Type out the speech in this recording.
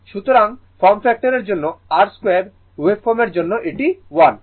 সুতরাং ফর্ম ফ্যাক্টরের জন্য r2 ওয়েভফর্মের জন্য এটি 1